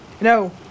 No